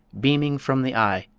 beaming from the eye,